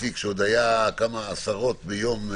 אנחנו לא מנסים להגיע למספרים יותר גבוהים.